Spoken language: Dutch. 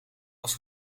als